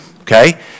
okay